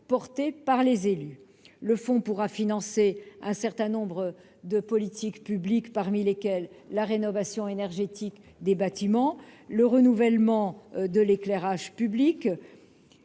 soutenus par les élus. Le Fonds pourra financer un certain nombre de politiques publiques, notamment la rénovation énergétique des bâtiments ou encore le renouvellement de l'éclairage public.